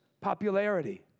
popularity